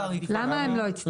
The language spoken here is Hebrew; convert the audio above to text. למה הם לא יצטרכו?